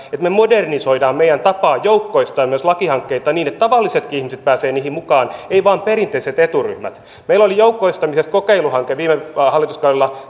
että me modernisoimme meidän tapaamme joukkoistaa myös lakihankkeita niin että tavallisetkin ihmiset pääsevät niihin mukaan eivät vain perinteiset eturyhmät meillä oli joukkoistamisesta kokeiluhanke viime hallituskaudella